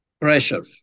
pressure